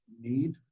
need